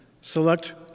select